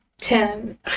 Ten